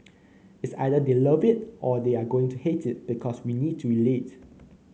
it's either they'll love it or they are going to hate it because we need to relate